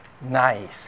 nice